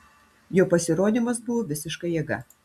jo pasirodymas buvo visiška jėga